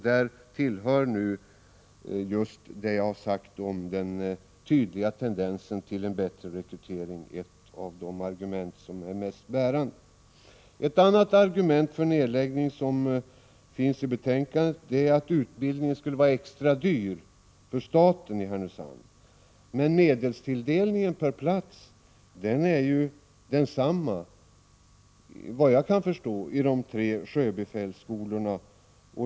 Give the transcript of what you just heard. Det jag sagt om den tydliga tendensen till en bättre rekrytering utgör ett av de mest bärande argumenten. Ett annat argument i betänkandet för nedläggningen är att utbildningen i Härnösand skulle vara extra dyr för staten. Men medelstilldelningen per plats är densamma, såvitt jag kan förstå, i de tre sjöbefälsskolorna.